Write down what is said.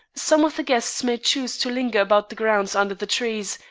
some of the guests may choose to linger about the grounds under the trees,